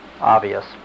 obvious